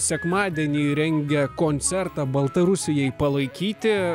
sekmadienį rengia koncertą baltarusijai palaikyti